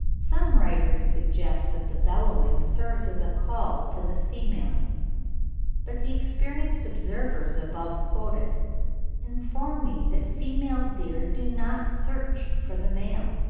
some writers suggest that the bellowing serves as a call to the female but the experienced observers above quoted inform me that female deer do not search for the male,